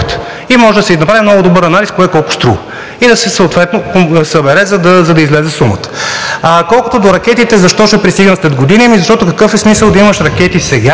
и може да се направи много добър анализ кое колко струва и съответно да се събере, за да излезе сумата. Колкото до ракетите – защо ще пристигнат след години? Защото какъв е смисълът да имаш ракети сега,